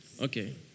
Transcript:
Okay